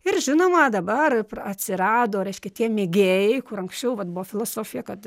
ir žinoma dabar atsirado reiškia tie mėgėjai kur anksčiau vat buvo filosofija kad